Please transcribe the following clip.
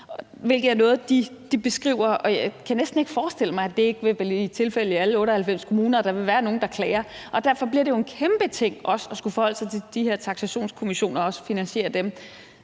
hvilket er noget, de beskriver, og jeg kan næsten ikke forestille mig, at det ikke vil blive tilfældet i alle 98 kommuner, at der vil være nogen, der klager. Derfor bliver det jo også en kæmpe ting at skulle forholde sig til de her taksationskommissioner og også finansiere dem.